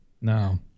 No